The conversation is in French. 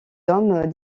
hommes